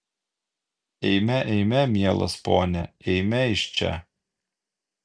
eime eime mielas pone eime iš čia